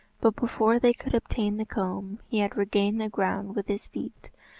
but, before they could obtain the comb, he had regained the ground with his feet,